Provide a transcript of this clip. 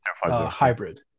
hybrid